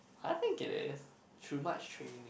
I think it is through much training